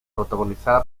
protagonizada